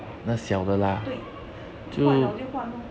对坏了就换 lor